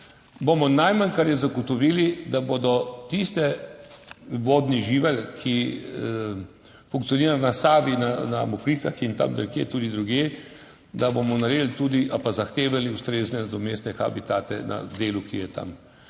bomo najmanj, kar je, zagotovili, da bo tisti vodni živelj, ki funkcionira na Savi, na Mokricah in tam nekje tudi drugje, da bomo naredili tudi ali pa zahtevali ustrezne nadomestne habitate na delu, ki je tam.